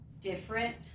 different